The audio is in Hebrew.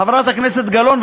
חברת הכנסת גלאון,